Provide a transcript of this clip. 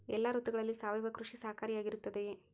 ಎಲ್ಲ ಋತುಗಳಲ್ಲಿ ಸಾವಯವ ಕೃಷಿ ಸಹಕಾರಿಯಾಗಿರುತ್ತದೆಯೇ?